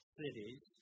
cities